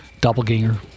Doppelganger